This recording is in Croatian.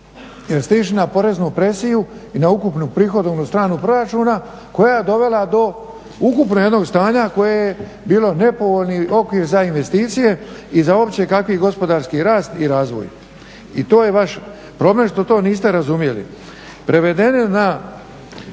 Jer ste išli na poreznu presiju i na ukupnu prihodovnu stranu proračuna koja je dovela do ukupno jednog stanja koje je bilo nepovoljni okvir za investicije i za uopće kakav gospodarski rast i razvoj. I to je vaš problem što to niste razumjeli. Prevedeno na